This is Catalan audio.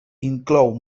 inclou